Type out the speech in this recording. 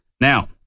Now